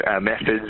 methods